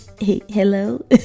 Hello